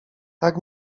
tak